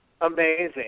amazing